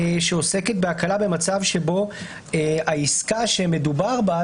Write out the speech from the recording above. שעוסקת בהקלה במצב שבו העסקה שמדובר בה,